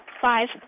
five